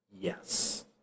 yes